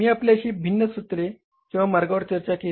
मी आपल्याशी भिन्न सूत्रे किंवा मार्गांवर चर्चा केली